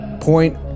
point